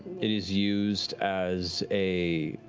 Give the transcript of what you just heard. it is used as a